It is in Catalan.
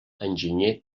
enginyer